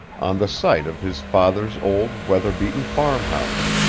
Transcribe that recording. on the site of his father's old weather-beaten farmhouse.